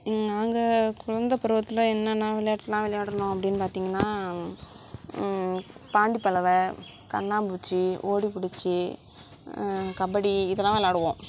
நாங்கள் குழந்தை பருவத்தில் என்னென்ன விளயாட்டுலாம் விளயாடுனோம் அப்படின்னு பார்த்திங்கன்னா பாண்டி பலவ கண்ணாம்மூச்சி ஓடிப்பிடிச்சி கபடி இதெல்லாம் விளாடுவோம்